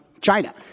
China